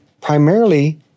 primarily